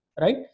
Right